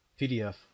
PDF